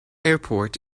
airport